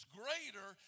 greater